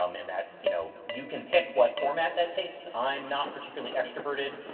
um and that, you know, you can pick what format that takes. i'm not particularly extroverted.